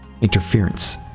Interference